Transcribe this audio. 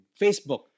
Facebook